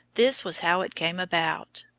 this was how it came about.